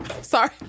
Sorry